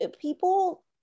people